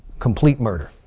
complete murder.